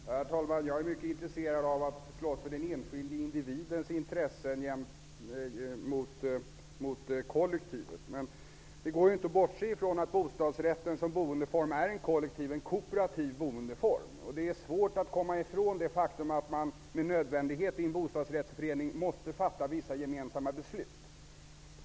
Herr talman! Jag är mycket intresserad av att slåss för den enskilde individens intressen gentemot kollektivet. Det går inte att bortse ifrån att bostadsrätt som boendeform är en kooperativ boendeform. Det är svårt att komma ifrån det faktum att man med nödvändighet i en bostadsrättsförening måste fatta vissa gemensamma beslut.